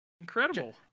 Incredible